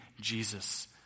Jesus